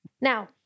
Now